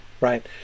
right